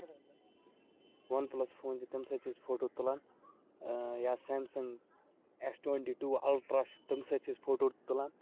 وَن plus phone چھُ تمہِ سۭتۍ تہِ چھِ فوٹو تُلان یا سیمسنگ ایس ٹُوَنٹی الٹرا چھُ تمہِ سۭتۍ تہِ چھِ أسۍ فوٹو تُلان